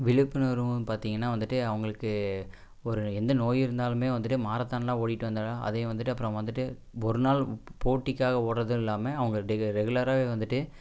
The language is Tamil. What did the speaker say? விழிப்புணர்வும் பார்த்தீங்கன்னா வந்துட்டு அவங்களுக்கு ஒரு எந்த நோய் இருந்தாலுமே வந்துட்டு மாரத்தான்லான் ஓடிட்டு வந்தால்தான் அதே வந்துட்டு அப்புறம் வந்துட்டு ஒருநாள் போட்டிக்காக ஓடுறது இல்லாமல் அவங்க டெ ரெகுலராகவே வந்துட்டு